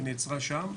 היא נעצרה שם,